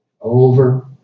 over